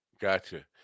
Gotcha